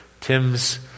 Tim's